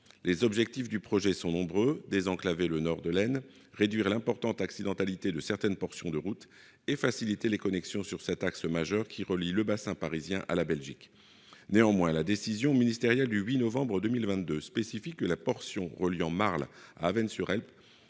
Les objectifs du projet sont nombreux : désenclaver le nord de l'Aisne, réduire l'importante accidentalité de certaines portions de route et faciliter les connexions sur cet axe majeur qui relie le bassin parisien à la Belgique. Néanmoins, selon la décision ministérielle du 8 novembre 2022, la portion reliant Marle à Avesnes-sur-Helpe